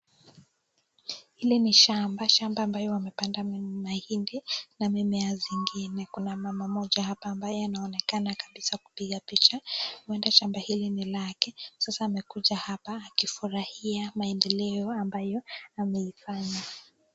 Hili ni shamba, shamba ambayo wamepanda mahindi, na mimea zingine. Kuna mama mmoja hapa ambaye anaonekana kabisa, kupiga picha, huenda shamba hili ni lake. Sasa amekuja hapa, akifurahia maendeleo ambayo ameifanya.